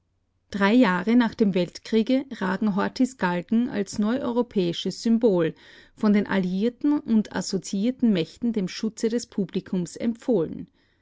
drei jahre nach dem weltkriege ragen horthys galgen als neueuropäisches symbol von den alliierten und assoziierten mächten dem schutze des publikums empfohlen